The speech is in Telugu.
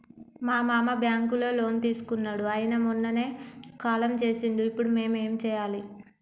మా మామ బ్యాంక్ లో లోన్ తీసుకున్నడు అయిన మొన్ననే కాలం చేసిండు ఇప్పుడు మేం ఏం చేయాలి?